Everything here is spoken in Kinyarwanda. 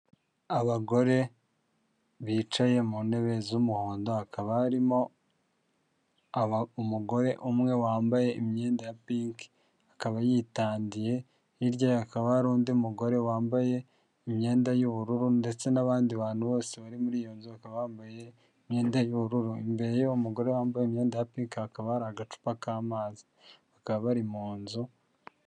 Abagore bicaye mu ntebe z'umuhondo hakaba harimo umugore umwe wambaye imyenda ya pinki( iroza, pink) akaba yitandiye, hirya y'aho hakaba hari undi mugore wambaye imyenda y'ubururu ndetse n'abandi bantu bose bari muri iyo nzu bakaba bambaye imyenda y'ubururu, imbere y'umugore wambaye imyenda ya pinki( iroza, pink) hakaba hari agacupa k'amazi bakaba bari munzu.